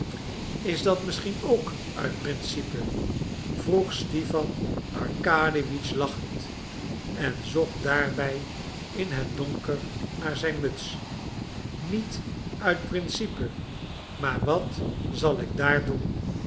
is dat misschien ook uit principe vroeg stipan arkadiewitsch lachend en zocht daarbij in het donker naar zijn muts niet uit principe maar wat zal ik daar doen